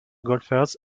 golfers